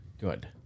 good